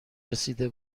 رسیده